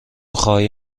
خواهی